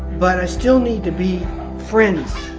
but, i still need to be friends,